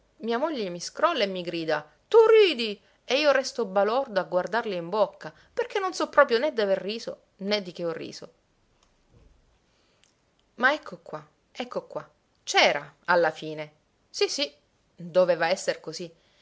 mia moglie mi scrolla mi grida tu ridi e io resto balordo a guardarla in bocca perché non so proprio né d'aver riso né di che ho riso ma ecco qua ecco qua c'era alla fine sì sì doveva esser così